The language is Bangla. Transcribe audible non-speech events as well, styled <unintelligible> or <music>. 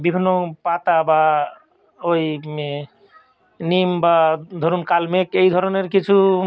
বিভিন্ন পাতা বা ওই <unintelligible> নিম বা ধরুন কালমেঘ এই ধরনের কিছু